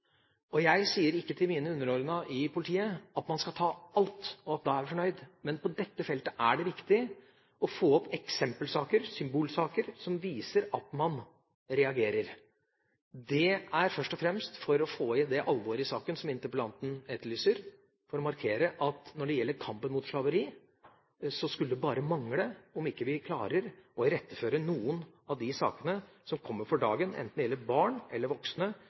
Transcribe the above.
Jeg sier ikke til mine underordnede i politiet at man skal ta alt, og at vi da er fornøyd, men på dette feltet er det viktig å få opp eksempelsaker, symbolsaker, som viser at man reagerer. Dette er først og fremst for å få inn det alvoret i saken som interpellanten etterlyser, for å markere at når det gjelder kampen mot slaveri, skulle det bare mangle at ikke vi klarer å iretteføre noen av de sakene som kommer for dagen, enten det gjelder barn, eller det gjelder voksne